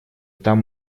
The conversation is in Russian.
там